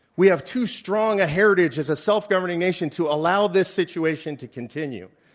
we have too strong a heritage as a self-governing nation to allow this situation to continue.